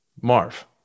Marv